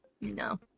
No